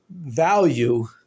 value